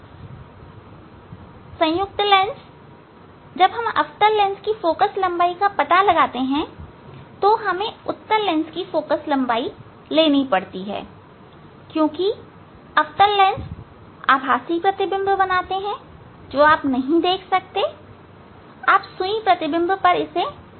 संयुक्त लेंस जब हम अवतल लेंस की फोकल लंबाई का पता लगाते हैं हमें उत्तल लेंस की सहायता लेनी पड़ती है क्योंकि अवतल लेंस आभासी प्रतिबिंब बनाते हैं जो आप नहीं देख सकते आप सुई प्रतिबिंब पर इसे नहीं रख सकते